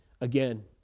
again